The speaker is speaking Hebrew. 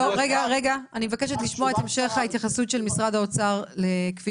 אני מבקשת לשמוע את המשך ההתייחסות של משרד האוצר כפי